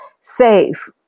safe